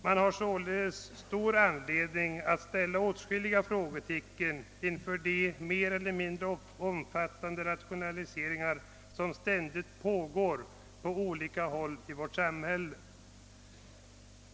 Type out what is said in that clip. Det finns således stor anledning att sätta åtskilliga frågetecken inför de mer eller mindre omfattande rationaliseringar som ständigt pågår på olika håll i vårt samhälle.